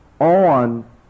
on